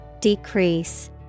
Decrease